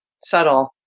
subtle